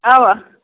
اَوا